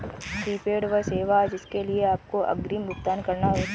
prepaid वह सेवा है जिसके लिए आपको अग्रिम भुगतान करना होता है